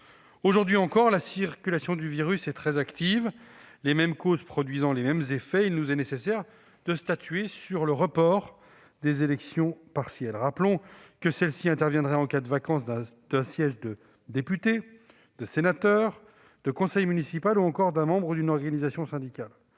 Aujourd'hui encore, la circulation du virus est très active. Les mêmes causes produisant les mêmes effets, il nous est donc nécessaire de statuer sur le report des élections partielles. Rappelons que celles-ci interviendraient en cas de vacance d'un siège de député, de sénateur, de conseiller municipal ou encore de membre d'une organisation syndicale.